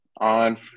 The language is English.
on